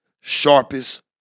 sharpest